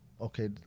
Okay